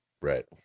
right